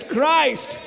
Christ